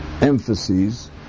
Emphases